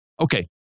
Okay